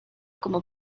como